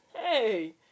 Hey